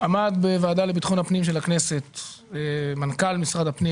עמד בוועדה לביטחון הפנים של הכנסת מנכ"ל משרד הפנים,